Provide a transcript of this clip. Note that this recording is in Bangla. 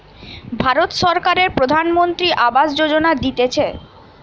ভারত সরকারের প্রধানমন্ত্রী আবাস যোজনা দিতেছে